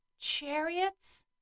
chariots